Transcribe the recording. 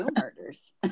murders